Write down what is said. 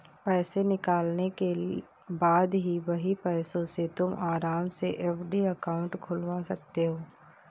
पैसे निकालने के बाद वही पैसों से तुम आराम से एफ.डी अकाउंट खुलवा सकते हो